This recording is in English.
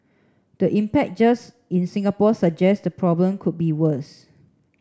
the impact just in Singapore suggest the problem could be worse